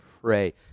pray